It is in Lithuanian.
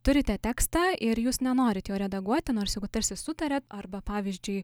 turite tekstą ir jūs nenorit jo redaguoti nors jau tarsi sutarėt arba pavyzdžiui